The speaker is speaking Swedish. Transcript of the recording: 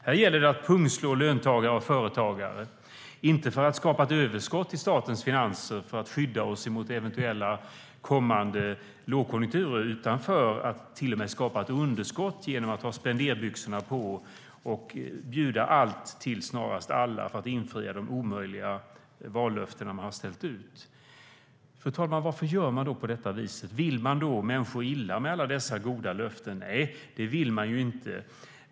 Det gäller att pungslå löntagare och företagare, inte för att skapa ett överskott till statens finanser och skydda oss emot eventuella kommande lågkonjunkturer utan för att till och med skapa ett underskott genom att ha spenderbyxorna på och bjuda allt till snarast alla för att infria de omöjliga vallöften som man har ställt ut. Varför gör man då på detta viset? Vill man människor illa med alla dessa goda löften? Nej, det vill man inte.